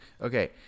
Okay